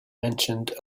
mentioned